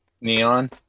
neon